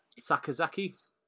Sakazaki